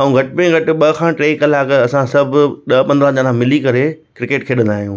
ऐं घटि में घटि ॿ खां टे कलाक असां सभु ॾह पंद्राहं ॼणा मिली करे क्रिकेट खेॾंदा आहियूं